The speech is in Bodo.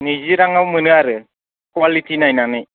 नैजि रांयाव मोनो आरो कवालिटि नायनानै